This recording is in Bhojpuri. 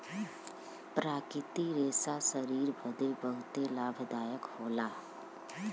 प्राकृतिक रेशा शरीर बदे बहुते लाभदायक होला